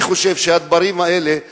אני חושב שהדברים האלה,